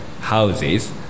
houses